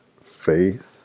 faith